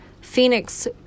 Phoenix